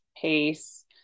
pace